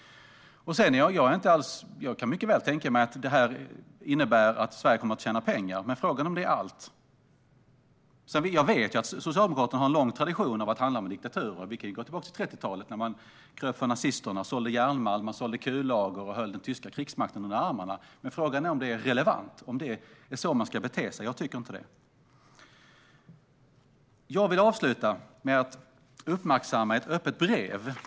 Jag kan mycket väl tänka mig att detta innebär att Sverige kommer att tjäna pengar. Men frågan är om det är allt. Jag vet att Socialdemokraterna har en lång tradition av att handla med diktaturer. Vi kan gå tillbaka till 30-talet då man kröp för nazisterna och sålde järnmalm och kullager och höll den tyska krigsmakten under armarna. Men frågan är om det är relevant, om det är så man ska bete sig. Jag tycker inte det. Jag avslutar med att uppmärksamma ett öppet brev.